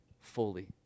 fully